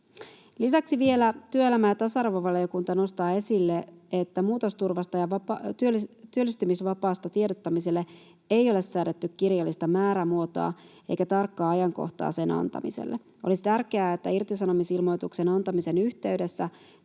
Lisäksi vielä työelämä- ja tasa-arvovaliokunta nostaa esille, että muutosturvasta ja työllistymisvapaasta tiedottamiselle ei ole säädetty kirjallista määrämuotoa eikä tarkkaa ajankohtaa sen antamiselle. Olisi tärkeää, että irtisanomisilmoituksen antamisen yhteydessä